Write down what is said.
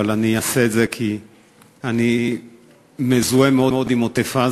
אבל אני אעשה את זה כי אני מזוהה מאוד עם עוטף-עזה.